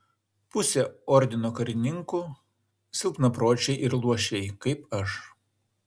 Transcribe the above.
pusė ordino karininkų silpnapročiai ir luošiai kaip aš